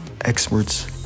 experts